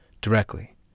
directly